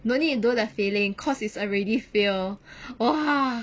no need to do the filling cause is already fill !wah!